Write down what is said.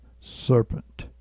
serpent